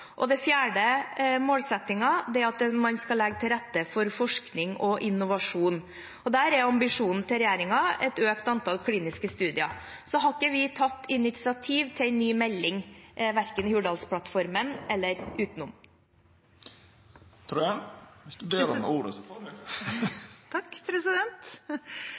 det tilgjengelig for alle pasienter. Den fjerde målsettingen er at man skal legge til rette for forskning og innovasjon. Der er ambisjonen til regjeringen et økt antall kliniske studier. Vi har ikke tatt initiativ til en ny melding, verken i Hurdalsplattformen eller utenom.